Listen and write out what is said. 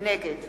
נגד